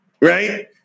Right